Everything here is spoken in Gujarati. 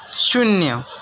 શૂન્ય